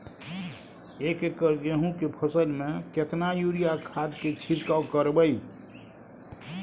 एक एकर गेहूँ के फसल में केतना यूरिया खाद के छिरकाव करबैई?